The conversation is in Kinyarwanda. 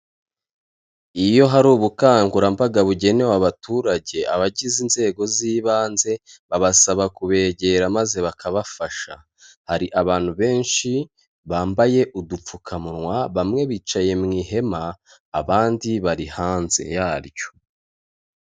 Iyo hari ubukangurambaga bugenewe abaturage, abagize inzego z'ibanze babasaba kubegera maze bakabafasha, hari abantu benshi bambaye udupfukamunwa, bamwe bicaye mu ihema abandi bari hanze yaryo.